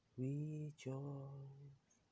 rejoice